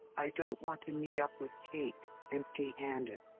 i don't want to meet up with kate empty handed.